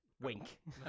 Wink